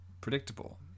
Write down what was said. predictable